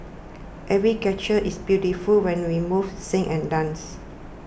every gesture is beautiful when we move sing and dance